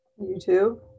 YouTube